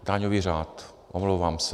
Daňový řád, omlouvám se.